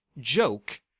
joke